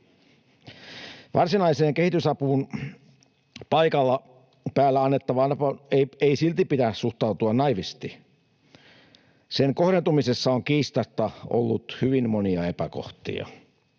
Varsinaiseen kehitysapuun, paikan päällä annettavaan apuun, ei silti pidä suhtautua naiivisti. Sen kohdentumisessa on kiistatta ollut hyvin monia epäkohtia.